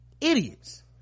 idiots